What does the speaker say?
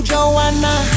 Joanna